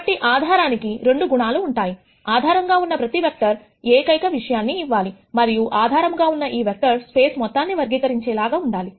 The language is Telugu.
కాబట్టి ఆధారానికి రెండు గుణాలు ఉంటాయి ఆధారంగా ఉన్న ప్రతి వెక్టర్ ఏకైక ఈ విషయాన్నిఇవ్వాలి మరియు ఆధారంగా ఉన్న ఈ వెక్టర్స్ స్పేస్ మొత్తాన్ని వర్గీకరించేలాగా ఉండాలి